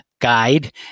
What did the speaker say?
guide